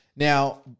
Now